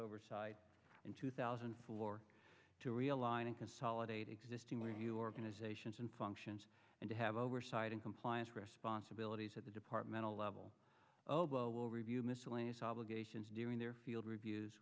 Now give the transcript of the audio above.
oversight in two thousand floor to realign and consolidate existing where you organizations and functions and to have oversight and compliance response abilities at the departmental level oh blow will review miscellaneous obligations doing their field reviews